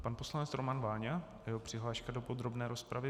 Pan poslanec Roman Váňa a jeho přihláška do podrobné rozpravy.